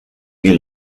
que